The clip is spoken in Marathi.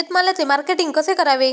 शेतमालाचे मार्केटिंग कसे करावे?